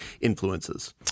influences